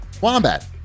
Wombat